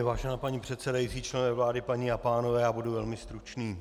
Vážená paní předsedající, členové vlády, paní a pánové, já budu velmi stručný.